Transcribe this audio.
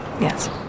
Yes